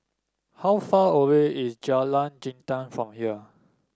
how far away is Jalan Jintan from here